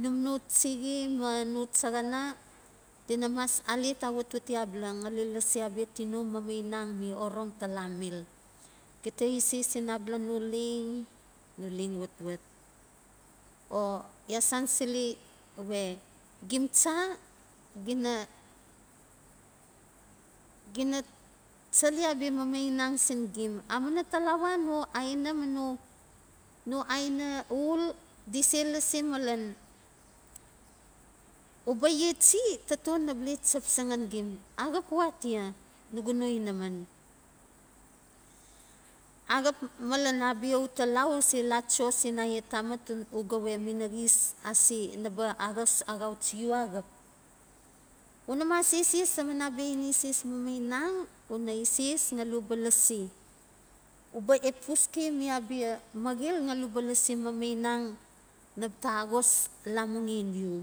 num no drixi ma no chaxana di na mas alet awatwati abala ngali lasi abia tino mamainang mi orong tala mil. Gita eses sin abala no leng no leng watwat o ya sansili we gim cha gina gina chale abia mamainang sin gim amuina talawa no aina ma no aina ul di se lasi malen uba ye chi taton naba le chap saxan gim, axap we atia nugu no inaman. Axap malan abia uta la o u se la cho sin ayia tamat uga we axap, una mas eses taman abia ineses mamainang una eses ngali uba lasi uba lasi uba eposke mi abia maxil ngali u ba lasi abia mamainang naba ta axos lamuaxenu.